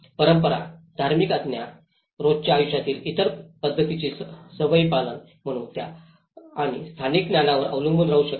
परंपरा धार्मिक आज्ञा रोजच्या आयुष्यासाठी इतर पद्धतींचे सवयी पालन म्हणून आता स्थानिक ज्ञानावर अवलंबून राहू शकत नाही